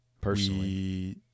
Personally